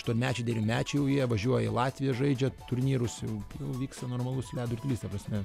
aštuonmečiai devynmečiai jau jie važiuoja į latviją žaidžia turnyrus jau jau vyksta normalus ledo ritulys ta prasme